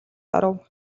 оров